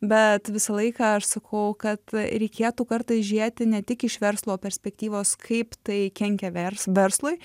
bet visą laiką aš sakau kad reikėtų kartais žiūrėti ne tik iš verslo perspektyvos kaip tai kenkia vers verslui